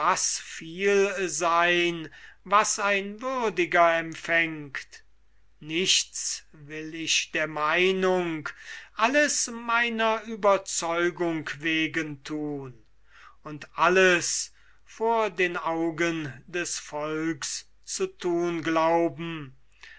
viel sein was ein würdiger empfängt nichts will ich der meinung alles meiner ueberzeugung wegen thun und alles vor den augen des volks zu thun glauben